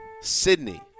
Sydney